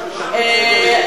כשמשנים סדר-יום,